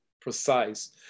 precise